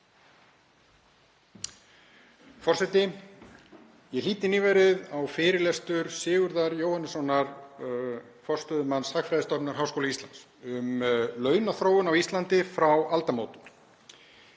Forseti. Ég hlýddi nýverið á fyrirlestur Sigurðar Jóhannessonar, forstöðumanns Hagfræðistofnunar Háskóla Íslands, um launaþróun á Íslandi frá aldamótum.